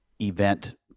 event